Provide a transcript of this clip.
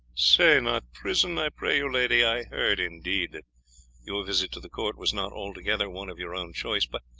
say not prison, i pray you, lady. i heard, indeed, that your visit to the court was not altogether one of your own choice but,